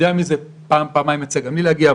פעם פעמיים יצא גם לי להגיע,